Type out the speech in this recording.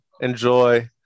enjoy